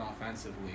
offensively